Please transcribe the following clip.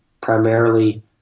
primarily